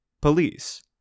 police